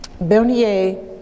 Bernier